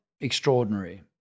extraordinary